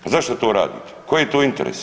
Pa zašto to radite, koji je to interes?